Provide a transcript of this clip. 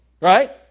Right